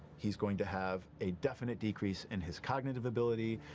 he's going to have a definite decrease in his cognitive ability,